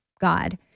God